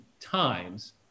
times